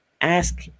ask